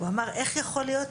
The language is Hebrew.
הוא אמר, איך יכול להיות